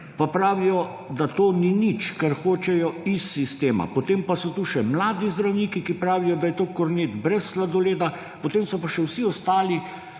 pa pravijo, da to ni nič, ker hočejo iz sistema. Potem pa so tu še mladi zdravniki, ki pravijo, da je to kornet brez sladoleda. Potem so pa še vsi ostali